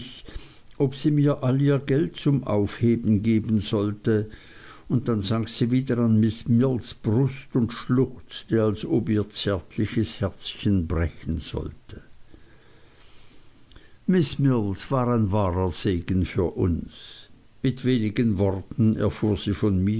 ob sie mir all ihr geld zum aufheben geben sollte und dann sank sie wieder an miß mills brust und schluchzte als ob ihr zärtliches herzchen brechen sollte miß mills war ein wahrer segen für uns mit wenigen worten erfuhr sie von